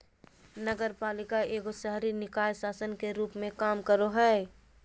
नगरपालिका एगो शहरी निकाय शासन के रूप मे काम करो हय